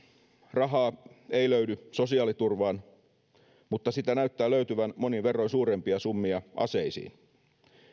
rahaa ei löydy sosiaaliturvaan mutta sitä näyttää löytyvän monin verroin suurempia summia aseisiin